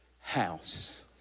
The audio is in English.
house